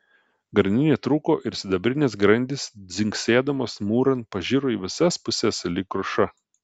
grandinė trūko ir sidabrinės grandys dzingsėdamos mūran pažiro į visas puses lyg kruša